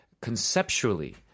conceptually